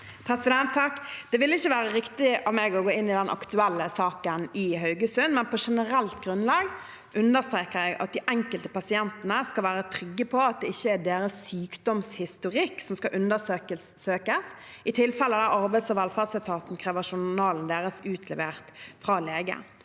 Persen Det vil ikke være riktig av meg å gå inn i den aktuelle saken i Haugesund, men på generelt grunnlag understreker jeg at de enkelte pasientene skal være trygge på at det ikke er deres sykdomshistorikk som skal undersøkes i tilfeller der Arbeids- og velferdsetaten krever journalen deres utlevert fra legen.